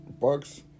bucks